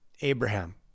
abraham